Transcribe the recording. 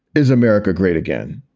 is america great again?